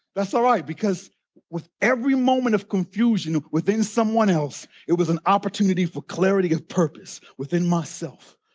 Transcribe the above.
that's all right, because with every moment of confusion within someone else, it was an opportunity for clarity of purpose within myself,